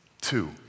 Two